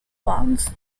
bonds